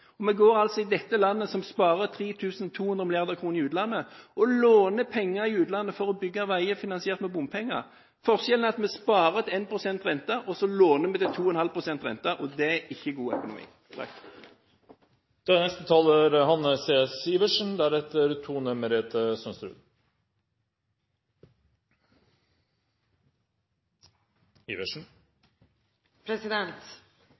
og vi går altså i dette landet, som sparer 3 200 mrd. kr i utlandet, og låner penger i utlandet for å bygge veier finansiert med bompenger. Forskjellen er at vi sparer til 1 pst. rente og låner vi til 2,5 pst. rente, og det er ikke god økonomi. For meg som representant fra Troms fylke er